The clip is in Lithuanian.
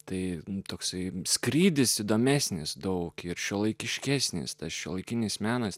tai toksai skrydis įdomesnis daug ir šiuolaikiškesnis tas šiuolaikinis menas